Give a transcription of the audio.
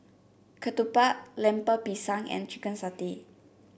Ketupat Lemper Pisang and Chicken Satay